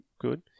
good